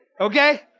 Okay